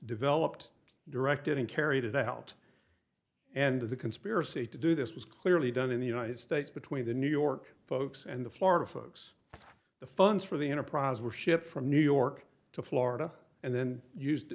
developed directed and carried it out and the conspiracy to do this was clearly done in the united states between the new york folks and the florida folks the funds for the enterprise were shipped from new york to florida and then used